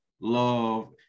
love